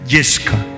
Jessica